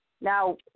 Now